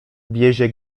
wiezie